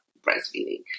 breastfeeding